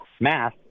math